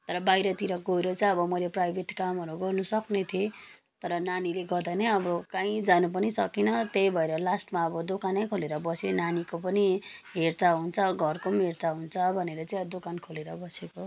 तर बाहिरतिर गएर चाहिँ अब मैले प्राइभेट कामहरू गर्न सक्ने थिएँ तर नानीले गर्दा नै अब कहीँ जान पनि सकिन त्यही भएर लास्टमा अब दोकानै खोलेर बसेँ नानीको पनि हेरचाह हुन्छ घरको नि हेरचाह हुन्छ भनेर चाहिँ दोकान खोलेर बसेको